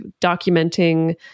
documenting